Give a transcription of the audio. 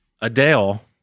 Adele